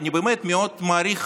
אני באמת מאוד מעריך